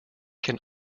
can